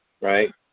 right